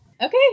Okay